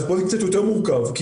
זה קצת יותר מורכב,